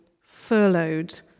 furloughed